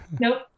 nope